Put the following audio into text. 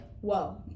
whoa